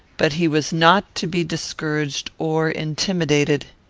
but he was not to be discouraged or intimidated.